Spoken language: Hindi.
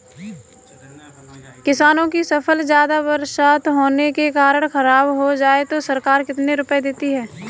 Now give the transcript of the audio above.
किसानों की फसल ज्यादा बरसात होने के कारण खराब हो जाए तो सरकार कितने रुपये देती है?